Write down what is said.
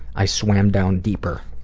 i swam down deeper.